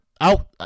out